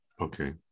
Okay